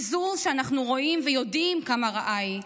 היא שאנחנו רואים ויודעים כמה רעה היא.